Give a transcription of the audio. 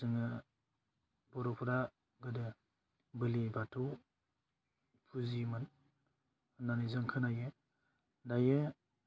जोङो बर'फ्रा गोदो बोलि बाथौ फुजियोमोन होन्नानै जों खोनायो दायो